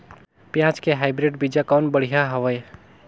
पियाज के हाईब्रिड बीजा कौन बढ़िया हवय?